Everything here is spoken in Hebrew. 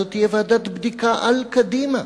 זו תהיה ועדת בדיקה על קדימה,